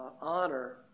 honor